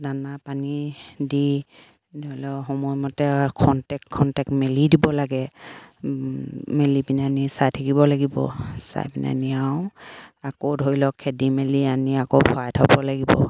দানা পানী দি ধৰি লওক সময়মতে খন্তেক খন্তেক মেলি দিব লাগে মেলি পিনে আনি চাই থাকিব লাগিব চাই পিনে আনি আৰু আকৌ ধৰি লওক খেদি মেলি আনি আকৌ ভৰাই থ'ব লাগিব